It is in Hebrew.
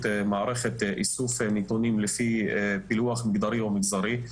מערכת איסוף נתונים לפי פילוח מגדרי או מגזרי,